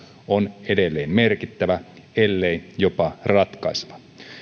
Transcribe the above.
on edelleen merkittävä ellei jopa ratkaiseva